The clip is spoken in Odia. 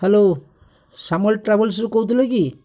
ହ୍ୟାଲୋ ସାମଲ ଟ୍ରାଭେଲ୍ସରୁ କହୁଥିଲେ କି